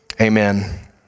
Amen